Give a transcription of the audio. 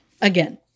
again